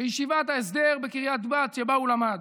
בישיבת ההסדר בקריית גת בה הוא למד.